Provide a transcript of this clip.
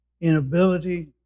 inability